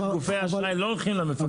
יש גופי אשראי לא הולכים למפקח.